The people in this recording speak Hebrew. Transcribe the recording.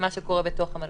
בתוך המלון.